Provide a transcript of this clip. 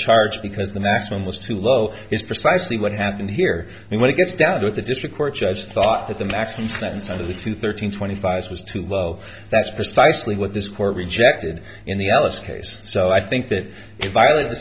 charge because the maximum was too low is precisely what happened here and when it gets down to it the district court judge thought that the maximum sentence out of the thirteen twenty five was too well that's precisely what this court rejected in the alice case so i think that if i leave the